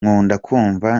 kumva